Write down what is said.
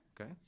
Okay